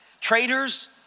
traitors